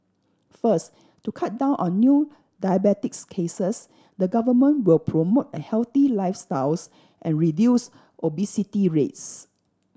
first to cut down on new diabetes cases the Government will promote a healthy lifestyles and reduce obesity rates